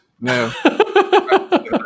No